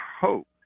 hope